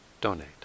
donate